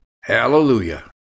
Hallelujah